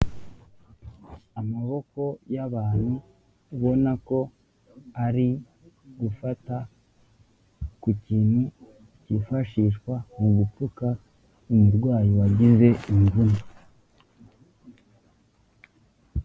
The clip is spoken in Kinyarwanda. Amaboko y'abantu ubona ko ari gufata ku kintu cyifashishwa mu gupfuka umurwayi wagize ibibazo.